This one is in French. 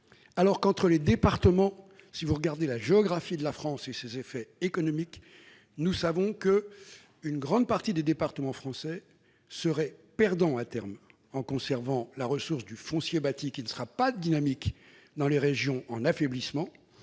alors que, si vous regardez la géographie de la France et ses effets économiques, vous comprenez qu'une grande partie des départements français seraient à terme perdants s'ils conservaient la ressource du foncier bâti qui ne sera pas dynamique dans les régions en affaiblissement,